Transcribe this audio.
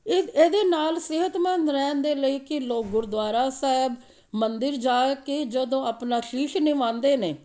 ਇਹ ਇਹਦੇ ਨਾਲ ਸਿਹਤਮੰਦ ਰਹਿਣ ਦੇ ਲਈ ਕੀ ਲੋਕ ਗੁਰਦੁਆਰਾ ਸਾਹਿਬ ਮੰਦਰ ਜਾ ਕੇ ਜਦੋਂ ਆਪਣਾ ਸ਼ੀਸ਼ ਨਿਵਾਉਂਦੇ ਨੇ